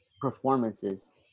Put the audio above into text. performances